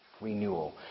Renewal